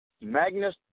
magnus